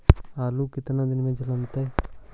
आलू केतना दिन में जलमतइ?